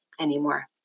anymore